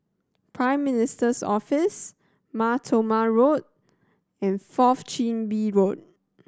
Prime Minister's Office Mar Thoma Road and Fourth Chin Bee Road